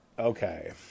Okay